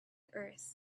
earth